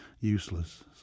Useless